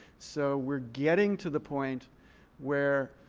so we're getting to the point where,